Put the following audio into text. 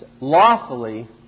lawfully